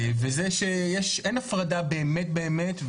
וזה שאין הפרדה באמת באמת.